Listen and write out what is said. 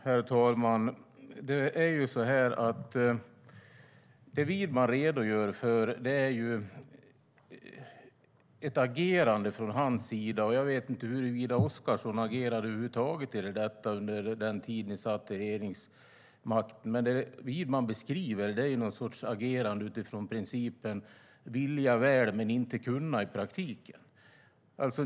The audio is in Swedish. Herr talman! Det Widman redogör för är ett agerande från hans sida. Jag vet inte huruvida Oscarsson agerade över huvud taget i fråga om detta under den tid ni satt i regeringsmakten. Men det Widman beskriver är någon sorts agerande utifrån principen: vilja väl men inte kunna i praktiken.